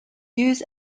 use